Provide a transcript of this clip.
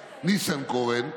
ניסנקורן,